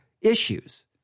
issues